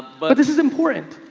but this is important.